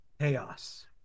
Chaos